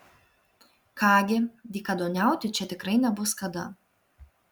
ką gi dykaduoniauti čia tikrai nebus kada